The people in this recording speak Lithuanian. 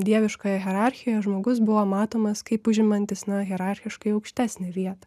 dieviškoje hierarchijoje žmogus buvo matomas kaip užimantis na hierarchiškai aukštesnę vietą